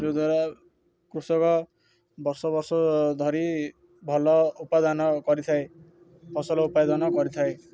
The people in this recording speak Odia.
ଯେଉଁ ଦ୍ୱାରା କୃଷକ ବର୍ଷ ବର୍ଷ ଧରି ଭଲ ଉପାଦାନ କରିଥାଏ ଫସଲ ଉପାଦନ କରିଥାଏ